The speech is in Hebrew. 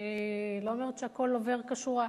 אני לא אומרת שהכול עובר כשורה.